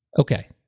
Okay